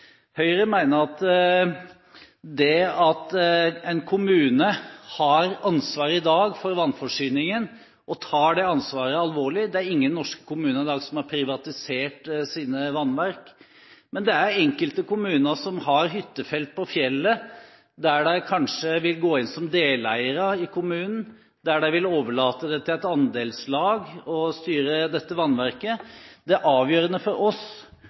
Høyre mener at det at en kommune har ansvaret for vannforsyningen i dag, tas alvorlig. Det er ingen norske kommuner i dag som har privatisert sine vannverk. Men det er enkelte kommuner som har hyttefelt på fjellet, der de kanskje vil gå inn som deleiere, og der de vil overlate til et andelslag å styre dette vannverket. Det avgjørende for oss